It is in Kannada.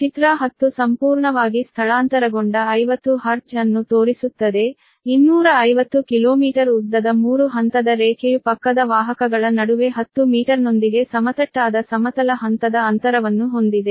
ಆದ್ದರಿಂದ ಚಿತ್ರ 10 ಸಂಪೂರ್ಣವಾಗಿ ಸ್ಥಳಾಂತರಗೊಂಡ 50 ಹರ್ಟ್ಜ್ ಅನ್ನು ತೋರಿಸುತ್ತದೆ 250 ಕಿಲೋಮೀಟರ್ ಉದ್ದದ 3 ಹಂತದ ರೇಖೆಯು ಪಕ್ಕದ ವಾಹಕಗಳ ನಡುವೆ 10 ಮೀಟರ್ನೊಂದಿಗೆ ಸಮತಟ್ಟಾದ ಸಮತಲ ಹಂತದ ಅಂತರವನ್ನು ಹೊಂದಿದೆ